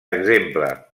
exemple